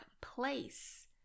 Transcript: place